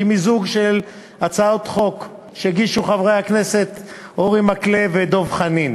שהיא מיזוג של הצעות חוק שהגישו חברי הכנסת אורי מקלב ודב חנין